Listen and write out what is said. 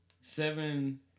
seven